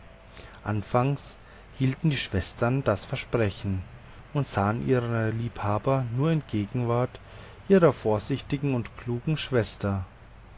anfangs hielten die schwestern das versprechen und sahen ihre liebhaber nur in gegenwart ihrer vorsichtigen und klugen schwester